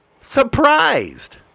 Surprised